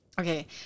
Okay